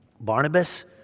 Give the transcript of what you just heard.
Barnabas